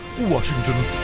Washington